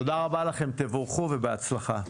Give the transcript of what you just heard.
תודה רבה לכם, תבורכו ובהצלחה.